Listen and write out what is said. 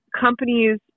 companies